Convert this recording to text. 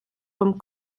vom